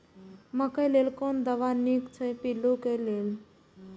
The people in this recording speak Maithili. मकैय लेल कोन दवा निक अछि पिल्लू क लेल?